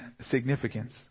significance